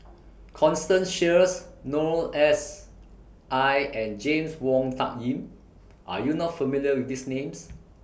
Constance Sheares Noor S I and James Wong Tuck Yim Are YOU not familiar with These Names